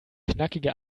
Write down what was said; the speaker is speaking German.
knackige